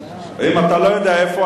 אם אתה לא יודע איפה,